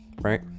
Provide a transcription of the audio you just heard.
right